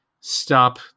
stop